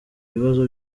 ibibazo